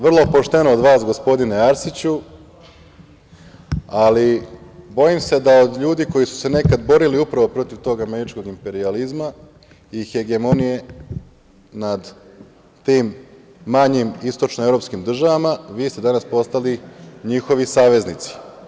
Vrlo pošteno od vas, gospodine Arsiću, ali bojim se da od ljudi koji su se nekada borili protiv tog američkog imperijalizma i hegemonije nad tim manjim istočnoevropskim državama vi ste danas postali njihovi saveznici.